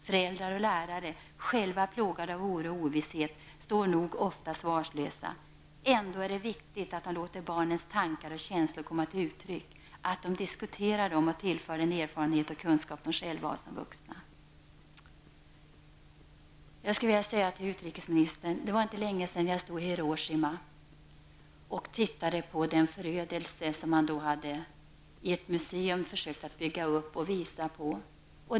Föräldrar och lärare, själva plågade av oro och ovisshet, står nog ofta svarslösa. Ändå är det viktig att de låter barnens tankar och känslor komma till uttryck, att de diskuterar dem och tillför den erfarenhet och kunskap de själva har som vuxna.'' Jag vill säga till utrikesministern: Det var inte länge sedan jag stod i Hiroshima och tittade på förödelsen, som man försökte visa i ett museum.